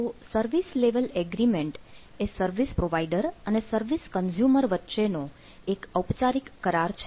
તો service level agreement એ service provider અને સર્વિસ કન્ઝ્યુમર વચ્ચેનો એક ઔપચારિક કરાર છે